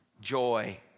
joy